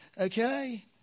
okay